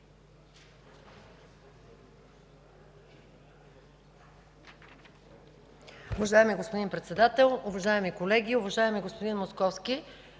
Уважаеми господин Председател, уважаеми колеги! Уважаеми господин Московски,